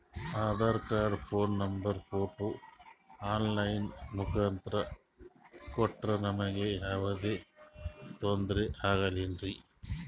Aadhaar card, phone number, photo online ಮುಖಾಂತ್ರ ಕೊಟ್ರ ನಮಗೆ ಯಾವುದೇ ತೊಂದ್ರೆ ಆಗಲೇನ್ರಿ?